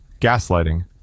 gaslighting